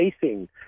facing